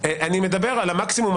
דווקא החלק הקודם שלך על המדרגה